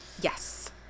Yes